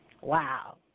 Wow